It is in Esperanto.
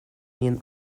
nin